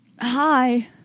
Hi